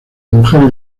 mujer